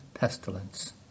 pestilence